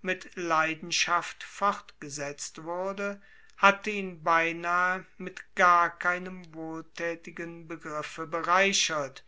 mit leidenschaft fortgesetzt wurde hatte ihn beinahe mit gar keinem wohltätigen begriffe bereichert